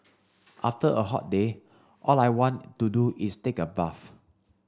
after a hot day all I want to do is take a bath